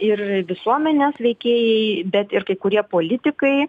ir visuomenės veikėjai bet ir kai kurie politikai